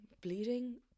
Bleeding